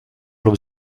lub